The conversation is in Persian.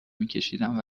میکشیدم